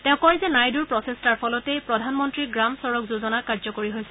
তেওঁ কয় যে নাইডূৰ প্ৰচেষ্টাৰ ফলতেই প্ৰধানমন্ত্ৰী গ্ৰাম চড়ক যোজনা কাৰ্যকৰী হৈছে